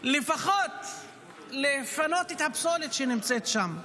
לפחות לפנות את הפסולת שנמצאת שם.